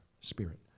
spirit